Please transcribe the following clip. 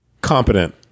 Competent